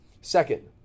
Second